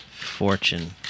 Fortune